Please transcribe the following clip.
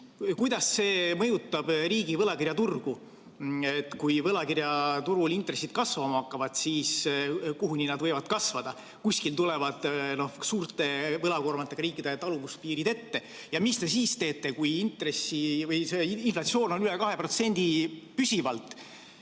kuidas see mõjutab riigi võlakirjaturgu. Kui võlakirjaturul intressid kasvama hakkavad, siis kuhuni nad võivad kasvada? Kuskil tulevad suurte võlakoormatega riikide taluvuspiirid ette. Mis te siis teete, kui inflatsioon on üle 2% püsivalt